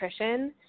nutrition